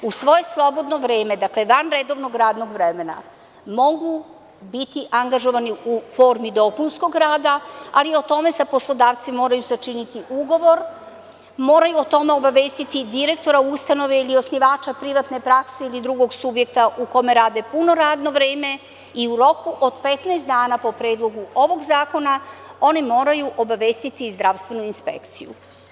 U svoje slobodno vreme, dakle, van redovnog radnog vremena, mogu biti angažovani u formi dopunskog rada, ali o tome sa poslodavcem moraju sačiniti ugovor, moraju o tome obavestiti direktora ustanove ili osnivača privatne prakse ili drugog subjekta u kome rade puno radno vreme i u roku od 15 dana po Predlogu ovog zakona oni moraju obavestiti i zdravstvenu inspekciju.